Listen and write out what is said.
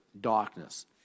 darkness